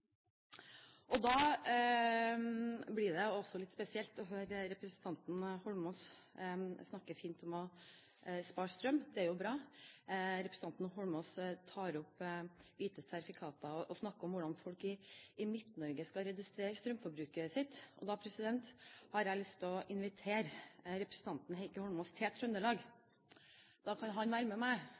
kWh. Da blir det litt spesielt å høre representanten Holmås snakke fint om å spare strøm. Det er jo bra. Representanten Holmås tar opp hvite sertifikater og snakker om hvordan folk i Midt-Norge skal redusere strømforbruket sitt. Jeg har lyst til å invitere representanten Heikki Holmås til Trøndelag. Da kan han være med meg